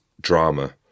drama